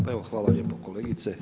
Pa evo hvala lijepo kolegice.